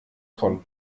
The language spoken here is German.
von